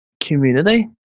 community